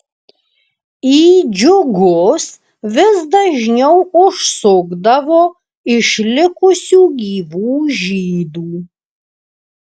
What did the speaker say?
į džiugus vis dažniau užsukdavo išlikusių gyvų žydų